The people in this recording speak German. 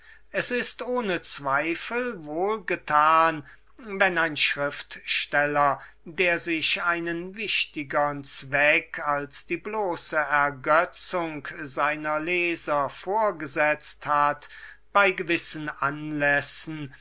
es ist ohne zweifel wohl getan wenn ein schriftsteller der sich einen wichtigern zweck als die bloße ergötzung seiner leser vorgesetzt hat bei gewissen anlässen